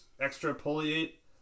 extrapolate